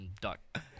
duck